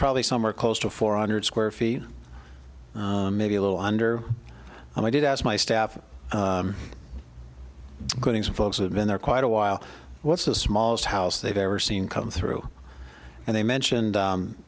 probably somewhere close to four hundred square feet maybe a little under and i did as my staff getting some folks who have been there quite a while what's the smallest house they've ever seen come through and they mentioned